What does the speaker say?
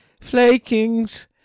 Flakings